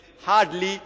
hardly